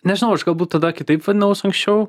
nežinau aš galbūt tada kitaip vadinaus anksčiau